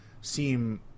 seem